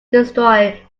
destroy